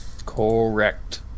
correct